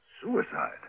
Suicide